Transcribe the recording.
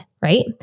right